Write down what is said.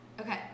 Okay